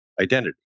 identity